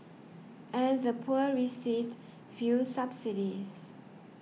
and the poor received few subsidies